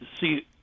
See